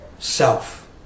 Self